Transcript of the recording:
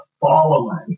following